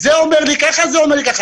זה אומר לי כך והשני אומר לי אחרת.